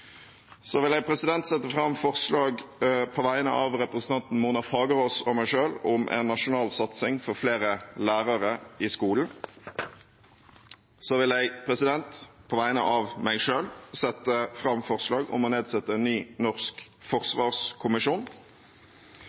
Så vil jeg sette fram forslag på vegne av representanten Mona Fagerås og meg selv om en nasjonal satsing på flere lærere i skolen. Så vil jeg på vegne av meg selv sette fram forslag om å nedsette en ny norsk forsvarskommisjon.